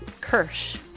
Kirsch